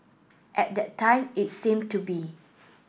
at that time it seemed to be